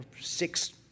six